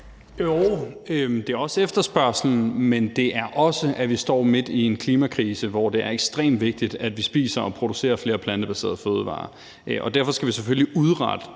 Joh, det er også efterspørgslen. Men det er også, at vi står midt i en klimakrise, hvor det er ekstremt vigtigt, at vi spiser og producer flere plantebaserede fødevarer. Derfor skal vi selvfølgelig indrette